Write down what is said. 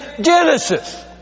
Genesis